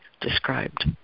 described